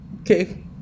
Okay